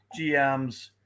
GMs